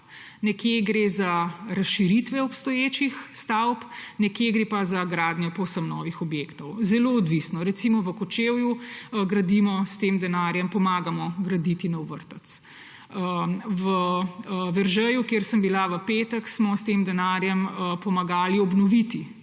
nekje gre za razširitve obstoječih stavb, nekje gre pa za gradnjo povsem novih objektov. Zelo odvisno. Recimo v Kočevju pomagamo s tem denarjem graditi nov vrtec. V Veržeju, kjer sem bila v petek, smo s tem denarjem pomagali obnoviti